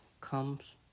comes